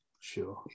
Sure